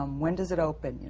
um when does it open?